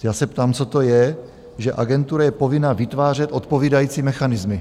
Já se ptám, co to je, že agentura je povinna vytvářet odpovídající mechanismy?